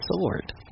sword